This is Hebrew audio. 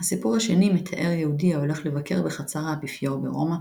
הסיפור השני מתאר יהודי ההולך לבקר בחצר האפיפיור ברומא,